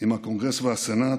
עם הקונגרס והסנאט,